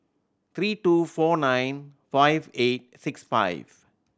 three two four nine five eight six five